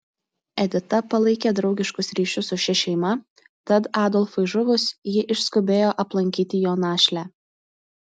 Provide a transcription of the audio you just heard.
edita palaikė draugiškus ryšius su šia šeima tad adolfui žuvus ji išskubėjo aplankyti jo našlę